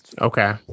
Okay